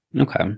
Okay